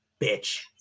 bitch